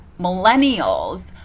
millennials